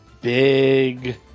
big